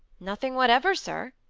nothing whatever, sir,